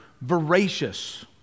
voracious